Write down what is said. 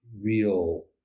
real